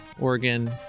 Oregon